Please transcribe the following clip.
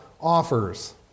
offers